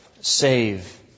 save